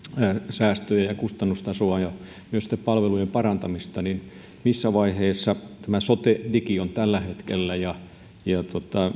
säästöjä ja kustannustasoa ja myös palvelujen parantamista niin missä vaiheessa sote digi on tällä hetkellä ja